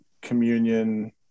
communion